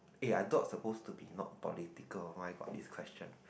eh I thought supposed to be not political why got this question